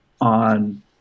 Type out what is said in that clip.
on